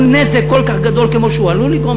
נזק כל כך גדול כמו שהוא עלול לגרום?